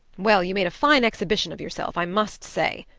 well, you made a fine exhibition of yourself i must say.